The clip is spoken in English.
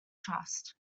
trust